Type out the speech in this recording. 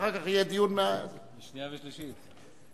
ואחר כך יהיה דיון, שנייה ושלישית.